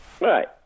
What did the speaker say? Right